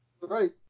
Right